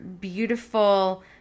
beautiful